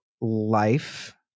life